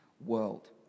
World